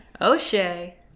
O'Shea